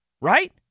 Right